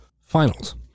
finals